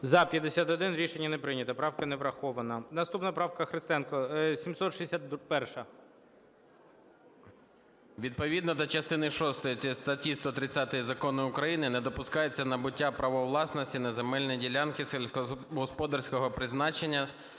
Рішення не прийнято. Правка не врахована. Наступна правка. Христенко, 761-а. 12:38:01 ХРИСТЕНКО Ф.В. Відповідно до частини 6 статті 130 Закону України не допускається набуття права власності на земельні ділянки сільськогосподарського призначення